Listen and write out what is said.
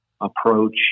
approach